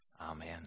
Amen